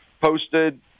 posted